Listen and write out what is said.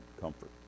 comfort